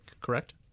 correct